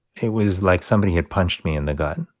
it was like somebody had punched me in the gut.